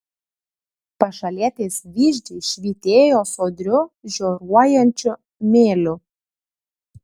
pašalietės vyzdžiai švytėjo sodriu žioruojančiu mėliu